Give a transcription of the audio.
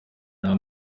nta